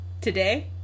Today